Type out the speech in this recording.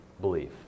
belief